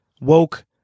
woke